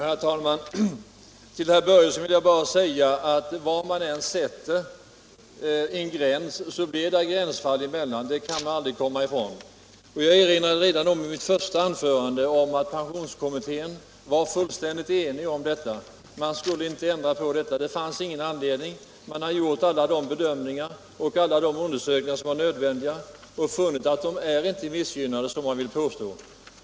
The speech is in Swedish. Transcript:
Herr talman! Till herr Börjesson i Falköping vill jag bara säga att var man än sätter en gräns så uppstår det gränsfall — det kan man aldrig komma ifrån. Jag erinrade redan i mitt första anförande om att pen sionskommittén var fullständigt enig. Man skulle inte ändra på detta. Det fanns ingen anledning till det. Man hade gjort alla de bedömningar och undersökningar som var nödvändiga och funnit att pensionärerna inte är missgynnade.